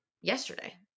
yesterday